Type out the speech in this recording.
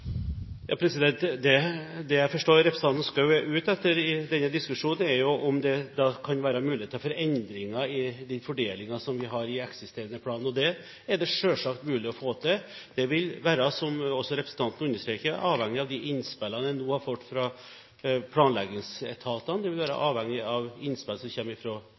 Det jeg forstår representanten Schou er ute etter i denne diskusjonen, er om det kan være muligheter for endringer i den fordelingen som vi har i eksisterende plan, og det er det selvsagt mulig å få til. Det vil være, som også representanten understreker, avhengig av de innspillene vi nå har fått fra planleggingsetatene, det vil være avhengig av innspill som